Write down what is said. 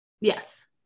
yes